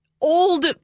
old